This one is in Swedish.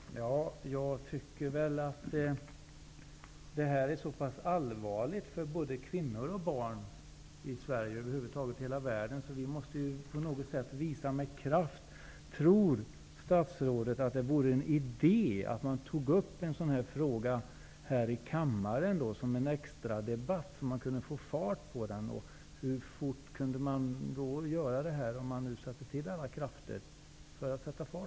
Herr talman! Jag tycker att detta är så pass allvarligt för både kvinnor och barn i Sverige och i hela världen att vi på något sätt med kraft måste visa detta. Tror statsrådet att det vore en idé att ta upp en sådan fråga här i kammaren till en extradebatt, så att behandlingen av frågan tog fart? Hur snabbt kunde detta ske, om man sätter till alla krafter?